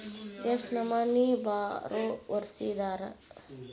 ಎಷ್ಟ್ ನಮನಿ ಬಾರೊವರ್ಸಿದಾರ?